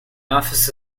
office